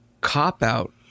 cop-out